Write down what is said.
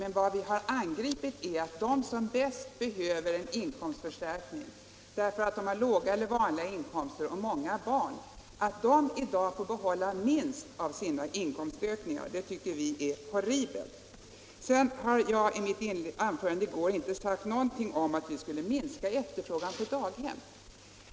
Men vad vi har angripit är att de som bäst behöver en inkomstförstärkning, därför att de har låg eller vanlig inkomst och många barn, i dag får behålla minst av sina inkomstökningar. Det tycker vi är horribelt. Jag sade i går inte någonting om att vi skulle minska efterfrågan på daghem.